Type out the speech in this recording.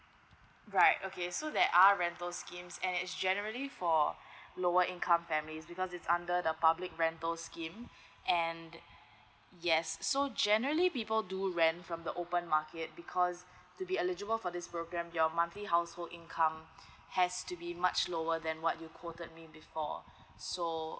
right okay so there are rental schemes and is generally for lower income family because is under the public rental scheme and yes so generally people do rent from the open market because to be eligible for this program your monthly household income has to be much lower than what you quoted me before so